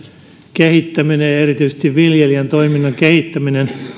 kehittäminen ja erityisesti viljelijän toiminnan kehittäminen